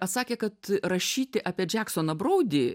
atsakė kad rašyti apie džeksoną broudį